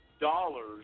dollars